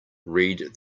read